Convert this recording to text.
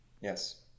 Yes